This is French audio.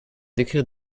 d’écrire